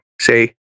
say